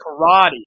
karate